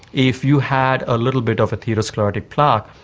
if you had a little bit of atherosclerotic plaque,